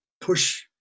push